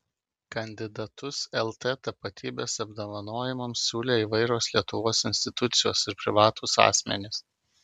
kandidatus lt tapatybės apdovanojimams siūlė įvairios lietuvos institucijos ir privatūs asmenys